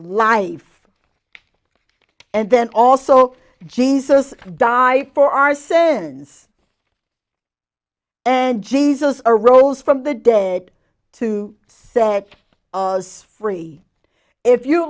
life and then also jesus died for our sins and jesus a rose from the dead to set us free if you